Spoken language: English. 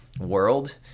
world